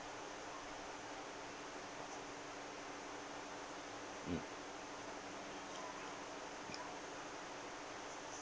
mm